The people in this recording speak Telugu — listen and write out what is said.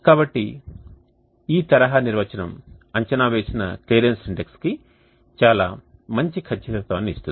కాబట్టి ఈ తరహా నిర్వచనం అంచనా వేసిన క్లియరెన్స్ ఇండెక్స్కి చాలా మంచి ఖచ్చితత్వాన్ని ఇస్తుంది